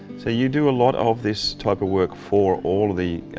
so you do a lot of this type of work for all the